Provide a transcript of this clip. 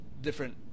different